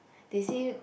they say